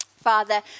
Father